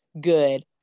good